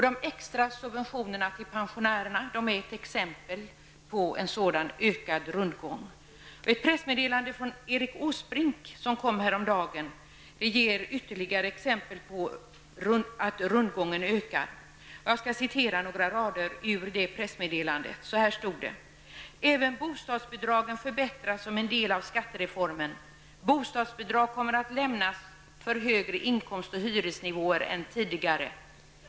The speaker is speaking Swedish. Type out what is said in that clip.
De extra subventionerna till pensionärerna är ett exempel på en sådan ökad rundgång. Ett pressmeddelande från Erik Åsbrink häromdagen ger ytterligare exempel på att rundgången ökar. Så här stod det i pressmeddelandet: ''Även bostadsbidragen förbättras som en del av skattereformen. Bostadsbidrag kommer att lämnas för högre inkomst och hyresnivåer än tidigare.